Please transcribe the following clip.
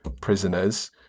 prisoners